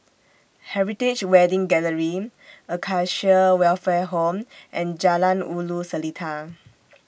Heritage Wedding Gallery Acacia Welfare Home and Jalan Ulu Seletar